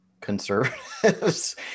conservatives